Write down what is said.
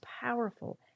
powerful